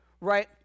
right